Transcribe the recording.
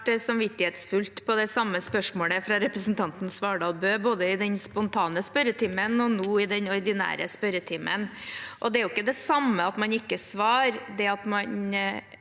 samvittighetsfullt på det samme spørsmålet fra representanten Svardal Bøe både i den spontane spørretimen og nå i den ordinære spørretimen. Det at man ikke får det svaret man